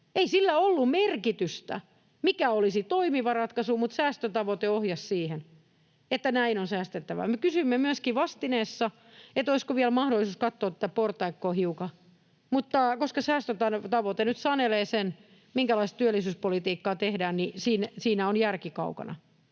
Ei sillä ollut merkitystä, mikä olisi ollut toimiva ratkaisu, vaan säästötavoite ohjasi siihen, että näin on säästettävä. Me kysyimme myöskin vastineessa, olisiko vielä mahdollisuus katsoa tätä portaikkoa hiukan, mutta koska säästötavoite nyt sanelee sen, minkälaista työllisyyspolitiikkaa tehdään, niin siinä on järki kaukana.